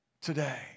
today